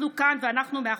אנחנו כאן ואנחנו מאחוריכם,